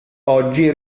oggi